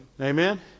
Amen